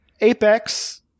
Apex